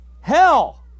hell